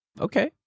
Okay